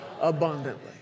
abundantly